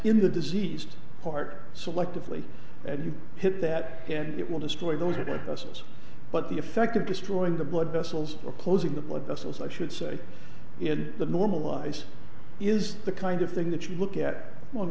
in the diseased part selectively and you hit that and it will destroy those of us but the effect of destroying the blood vessels or closing the blood vessels i should say in the normalize is the kind of thing that you look at